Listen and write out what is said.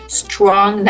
strong